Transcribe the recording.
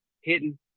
hitting